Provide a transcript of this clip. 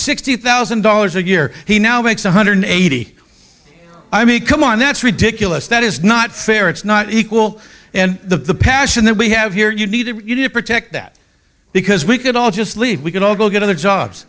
sixty thousand dollars a year he now makes one hundred and eighty dollars i mean come on that's ridiculous that is not fair it's not equal and the passion that we have here you need to do to protect that because we could all just leave we could all go get other jobs